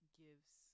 gives